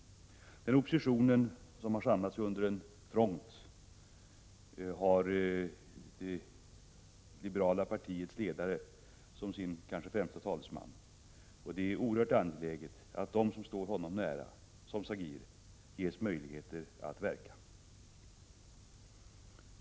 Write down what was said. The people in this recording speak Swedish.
Oppositionen, som har samlats i en front, har det liberala partiets ledare såsom sin kanske främste talesman. Det är oerhört angeläget att de som står honom nära, såsom Saguier, ges möjlighet att verka.